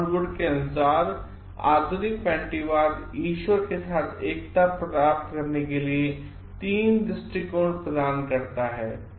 Harold Wood के अनुसार आधुनिक पैंटीवाद ईश्वर के साथ एकता प्राप्त करने के लिए तीन दृष्टिकोण प्रदान करता है